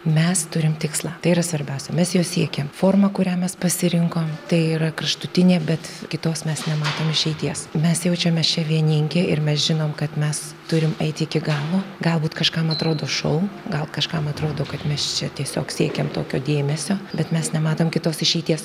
mes turim tikslą tai yra svarbiausia mes jo siekiam forma kurią mes pasirinkom tai yra kraštutinė bet kitos mes nematom išeities mes jaučiame čia vieningi ir mes žinom kad mes turim eiti iki galo galbūt kažkam atrodo šou gal kažkam atrodo kad mes čia tiesiog siekiam tokio dėmesio bet mes nematom kitos išeities